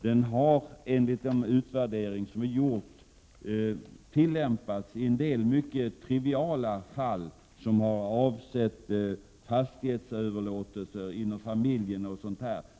Den har enligt en utvärdering tillämpats i en del mycket triviala fall, som har avsett fastighetsöverlåtelse inom familjen m.m.